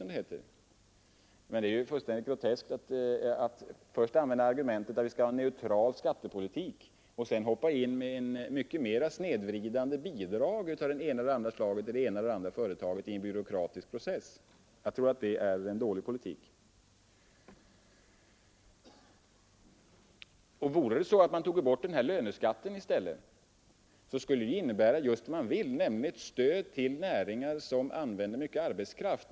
Men det är fullständigt groteskt att först använda argumentet att vi skall ha en neutral skattepolitik och att sedan sätta in i mer än motsvarande grad snedvridande bidrag av olika slag till speciella företag i en byråkratisk process. Om man i stället tog bort löneskatten, skulle följden bli just det man vill åstadkomma, nämligen ett stöd till näringar som använder mycket arbetskraft.